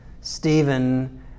Stephen